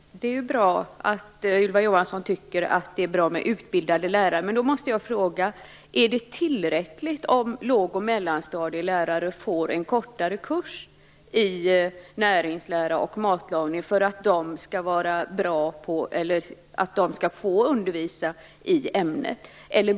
Fru talman! Det är bra att Ylva Johansson tycker att det är bra med utbildade lärare. Men då måste jag fråga: Är det tillräckligt att låg och mellanstadielärare får en kortare kurs i näringslära och matlagning för att de skall få undervisa i ämnet?